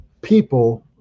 people